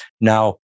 Now